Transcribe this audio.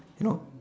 you know